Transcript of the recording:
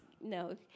no